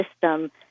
system